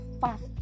fast